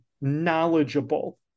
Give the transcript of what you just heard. knowledgeable